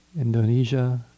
Indonesia